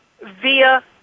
via